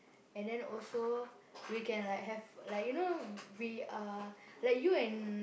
and then also we can like have like you know we uh like you and